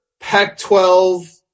Pac-12